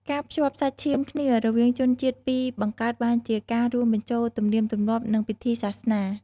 ការភ្ជាប់់សាច់ឈាមគ្នារវាងជនជាតិពីរបង្កើតបានជាការរួមបញ្ចូលទំនៀមទម្លាប់ និងពិធីសាសនា។